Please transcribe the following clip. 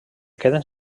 queden